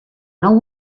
nou